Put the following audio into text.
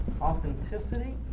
authenticity